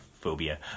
phobia